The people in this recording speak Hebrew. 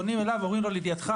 פונים אליו ואומרים לו: לידיעתך,